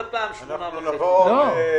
עוד פעם ולבקש אישור לעוד 8 מיליון שקל.